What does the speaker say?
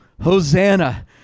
Hosanna